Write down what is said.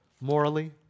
morally